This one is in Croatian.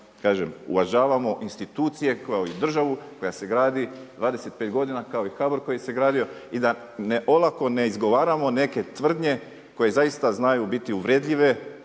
da uvažavamo institucije kao i državu koja se gradi 25 godina kao i HBOR koji se gradio i da olako ne izgovaramo neke tvrdnje koje zaista znaju biti uvredljive